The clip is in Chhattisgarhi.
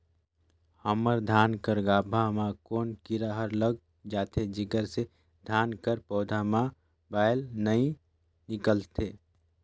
हमर धान कर गाभा म कौन कीरा हर लग जाथे जेकर से धान कर पौधा म बाएल नइ निकलथे?